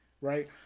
right